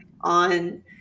on